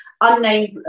unnamed